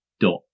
dot